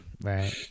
right